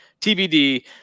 TBD